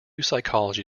psychology